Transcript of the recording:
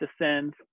descends